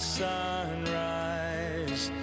sunrise